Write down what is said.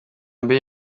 mbiri